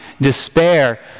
despair